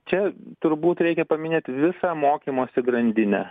čia turbūt reikia paminėt visą mokymosi grandinę